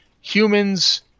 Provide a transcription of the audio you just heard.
humans